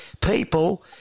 people